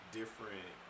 different